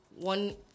one